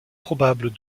probable